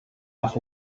half